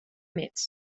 metz